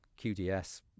QDS